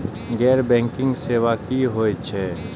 गैर बैंकिंग सेवा की होय छेय?